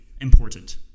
important